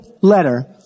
letter